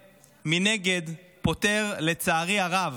מנגד הוא פוטר, לצערי הרב,